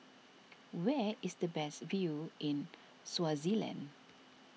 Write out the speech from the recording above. where is the best view in Swaziland